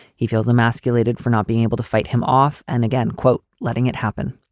he feels emasculated for not being able to fight him off. and again, quote, letting it happen.